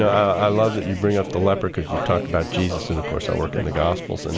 i love that you bring up the leper, because you talked about jesus, and, of course, i work in the gospels. and